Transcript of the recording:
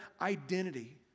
identity